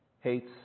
hates